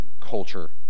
culture